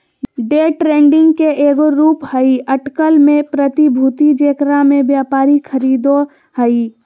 day trading के एगो रूप हइ अटकल में प्रतिभूति जेकरा में व्यापारी खरीदो हइ